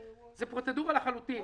זה פרוצדורלי לחלוטין.